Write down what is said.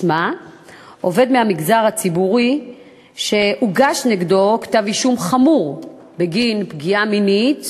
משמע שעובד מהמגזר הציבורי שהוגש נגדו כתב-אישום חמור בגין פגיעה מינית